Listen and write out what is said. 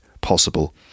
Possible